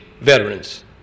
veterans